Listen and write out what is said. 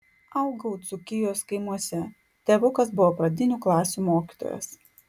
augau dzūkijos kaimuose tėvukas buvo pradinių klasių mokytojas